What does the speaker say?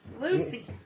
Lucy